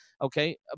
okay